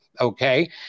Okay